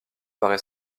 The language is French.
paraît